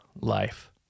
life